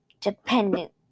Dependent